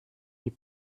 die